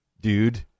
dude